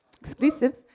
exclusives